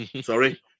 Sorry